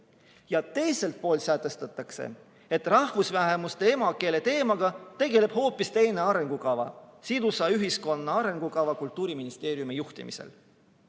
teiselt poolt sätestatakse, et rahvusvähemuste emakeele teemaga tegeleb hoopis teine arengukava, sidusa ühiskonna arengukava Kultuuriministeeriumi juhtimisel.